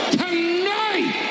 tonight